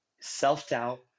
self-doubt